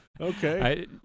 Okay